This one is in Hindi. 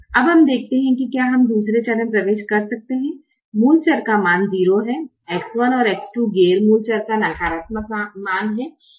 अब हम देखते हैं कि क्या हम दूसरे चर में प्रवेश कर सकते हैं मूल चर का मान 0 है X1 और X2 गैर मूल चर का नकारात्मक मान है